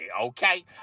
okay